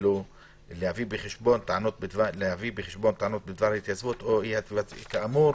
להביא בחשבון טענות בדבר התייצבות כאמור